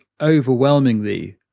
overwhelmingly